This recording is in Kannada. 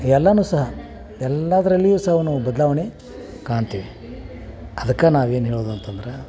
ಎಲ್ಲನೂ ಸಹ ಎಲ್ಲದ್ರಲ್ಲಿಯೂ ಸಹ ಅವ್ನು ಬದಲಾವಣೆ ಕಾಣ್ತೀವಿ ಅದಕ್ಕೆ ನಾವೇನು ಹೇಳೋದು ಅಂತಂದ್ರೆ